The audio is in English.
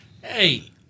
hey